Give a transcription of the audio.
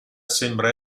sembra